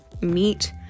meet